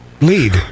Lead